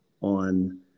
on